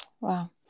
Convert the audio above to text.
wow